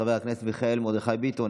חבר הכנסת מיכאל מרדכי ביטון,